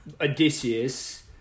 Odysseus